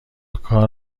کار